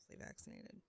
vaccinated